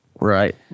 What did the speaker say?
Right